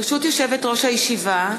ברשות יושבת-ראש הישיבה,